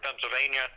Pennsylvania